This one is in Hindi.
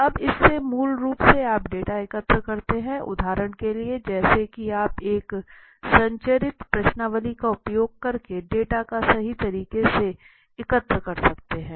अब इसमे मूल रूप से आप डेटा एकत्र करते हैं उदाहरण के लिए जैसा कि आप एक संरचित प्रश्नावली का उपयोग करके डेटा को सही तरीके से एकत्र कर सकते है